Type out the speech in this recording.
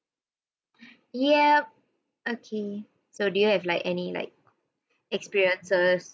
yep okay so do you have like any like experiences